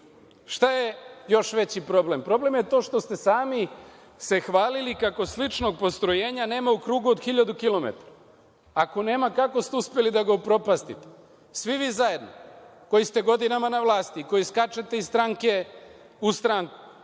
je još veći problem? Problem je to što ste sami se hvalili kako sličnog postrojenja nema u krugu od hiljadu kilometara. Ako nema, kako ste uspeli da ga upropastite, svi vi zajedno koji ste godinama na vlasti i koji skačete iz stranke u stranku? Još